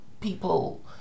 people